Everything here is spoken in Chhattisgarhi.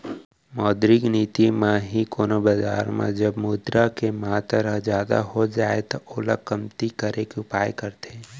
मौद्रिक नीति म ही कोनो बजार म जब मुद्रा के मातर ह जादा हो जाय त ओला कमती करे के उपाय करथे